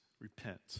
repent